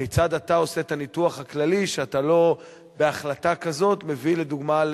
כיצד אתה עושה את הניתוח הכללי שאתה לא בהחלטה כזאת מביא לדוגמה,